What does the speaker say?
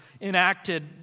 enacted